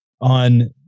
on